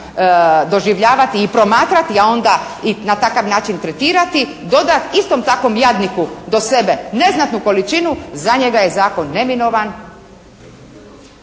doživljavati i promatrati a onda i na takav način tretirati, doda isto takvom jadniku do sebe neznatnu količinu za njega je zakon neminovan,